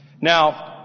Now